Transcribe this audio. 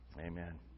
amen